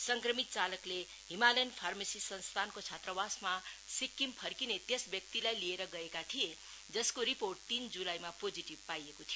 संक्रमित चालकले हिमालयन फ्रारर्मेसी संस्थानको छात्रावासमा सिक्किम फक्रिने त्यस व्यक्तिलाई लिएर गएका थिए जसको रिपोर्ट तीन जुलाईमा पोजिटिव पाइएको थियो